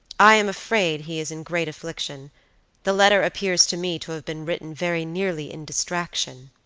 i am afraid he is in great affliction the letter appears to me to have been written very nearly in distraction.